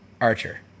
Archer